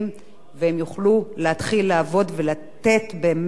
והם יוכלו להתחיל לעבוד ולתת באמת מענה